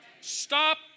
Stop